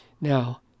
Now